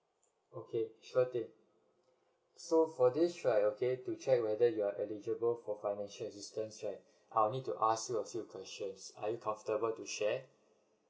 okay got it so for this right okay to check whether you are eligible for financial assistance right I'll need to ask you a few questions are you comfortable to share